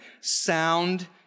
sound